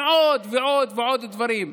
ועוד ועוד ועוד דברים.